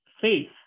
faith